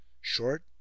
short